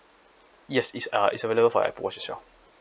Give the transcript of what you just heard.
yes it's uh it's available for Apple watch as well